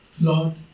Lord